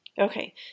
Okay